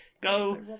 go